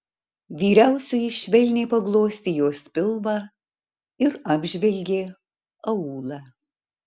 vyriausioji švelniai paglostė jos pilvą ir apžvelgė aulą